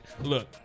look